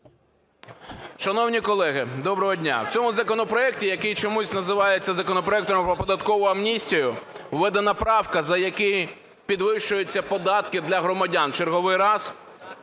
Шановні колеги, доброго дня! В цьому законопроекті, який чомусь називається законопроектом про податкову амністію, введена правка, за якою підвищуються податки для громадян. В черговий раз